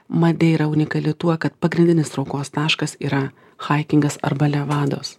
madeira unikali tuo kad pagrindinis traukos taškas yra haikingas arba levados